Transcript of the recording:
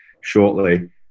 shortly